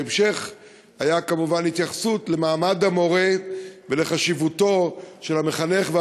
בהמשך הייתה כמובן התייחסות למעמד המורה ולחשיבותו של המחנך והמורה,